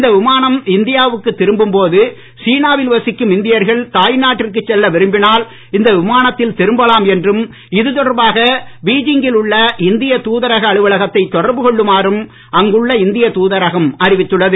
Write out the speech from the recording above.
இந்த விமானம் இந்தியாவுக்கு திரும்பும்போது சீனாவில் வசிக்கும் இந்தியர்கள் தாய்நாட்டிற்கு செல்ல விரும்பினால் இந்த விமானத்தில் திரும்பலாம் என்றும் இதுதொடர்பாக பீஜிங்கில் உள்ள இந்திய தூதரக அலுவலகத்தை தொடர்பு கொள்ளுமாறும் அங்குள்ள இந்திய தூதரகம் அறிவித்துள்ளது